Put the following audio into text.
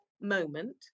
moment